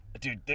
Dude